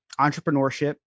entrepreneurship